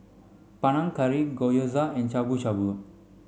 Panang Curry Gyoza and Shabu shabu